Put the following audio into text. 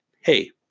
Hey